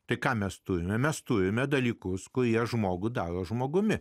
tai ką mes turime mes turime dalykus kurie žmogų daro žmogumi